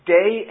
day